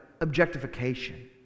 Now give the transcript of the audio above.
objectification